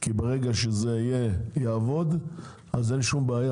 כי ברגע שזה יעבוד אז אין שום בעיה,